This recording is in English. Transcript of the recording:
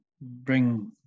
bring